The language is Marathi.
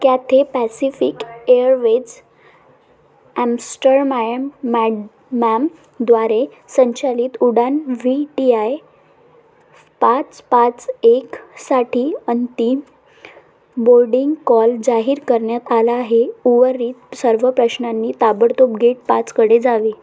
कॅथे पॅसिफिक एअरवेज ॲम्स्टरमाएम मॅग मॅमद्वारे संचलित उड्डाण व्ही टी आय पाच पाच एकसाठी अंंतिम बोर्डिंग कॉल जाहीर करण्यात आला आहे उर्वरित सर्व प्रश्नांनी ताबडतोब गेट पाचकडे जावे